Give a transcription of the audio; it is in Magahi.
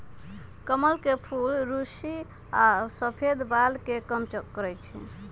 कमल के फूल रुस्सी आ सफेद बाल के कम करई छई